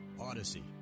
Odyssey